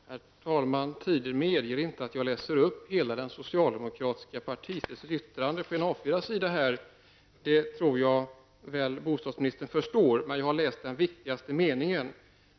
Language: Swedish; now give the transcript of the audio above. Herr talman! Tiden medger inte att jag läser upp hela uttalandet av den socialdemokratiska partistyrelsen, för det upptar en A4-sida. Det tror jag att bostadsministern förstår, men jag har läst den viktigaste meningen.